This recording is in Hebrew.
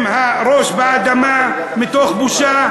עם הראש באדמה, מתוך בושה.